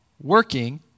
working